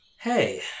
hey